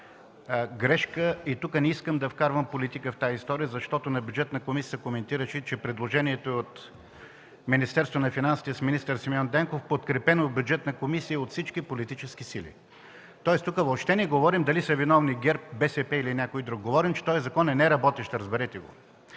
Тук не искам да вкарвам политика в тази история, защото на Бюджетна комисия се коментираше, че предложението е от Министерството на финансите с министър Симеон Дянков, подкрепено от Бюджетна комисия и от всички политически сили. Тоест тук въобще не говорим дали са виновни ГЕРБ, БСП или някой друг. Говорим, че този закон е неработещ. Разберете го!